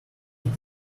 need